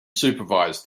supervise